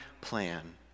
plan